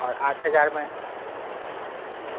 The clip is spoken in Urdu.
اور آٹھ ہزار میں جی